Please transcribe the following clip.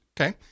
Okay